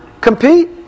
compete